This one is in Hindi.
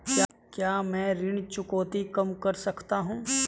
क्या मैं ऋण चुकौती कम कर सकता हूँ?